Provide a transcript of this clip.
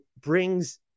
brings